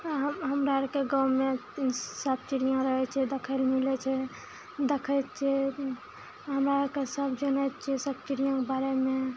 हमरा आरके गाँवमे सब चिड़िआँ रहै छै देखै लए मिलै छै देखै छियै हमरा आरके सब जनै छियै सब चिड़िआँके बारेमे